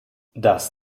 das